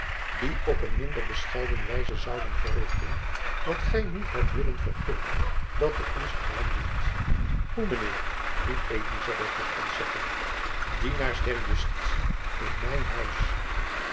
die op een minder bescheiden wijze zouden verrichten wat gy niet hadt willen vergunnen dat door ons gedaan wierd hoe mijn heer riep elizabeth met ontzetting dienaars der justitie in mijn huis